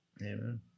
Amen